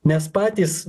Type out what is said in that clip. nes patys